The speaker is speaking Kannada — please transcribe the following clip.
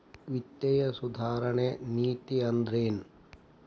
ವಿತ್ತೇಯ ಸುಧಾರಣೆ ನೇತಿ ಅಂದ್ರೆನ್